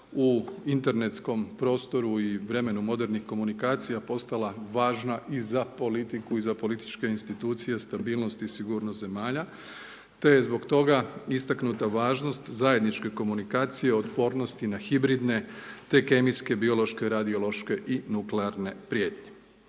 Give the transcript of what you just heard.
u internetskom prostoru i vremenu modernih komunikacija postala važna i za politiku i za političke institucije stabilnost i sigurnost zemalja, te je zbog toga istaknuta važnost zajedničke komunikacije otpornosti na hibridne, te kemijske, biološke, radiološke i nuklearne prijetnje.